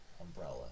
umbrella